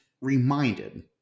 reminded